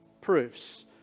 proofs